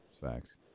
facts